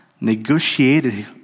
Negotiated